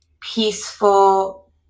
peaceful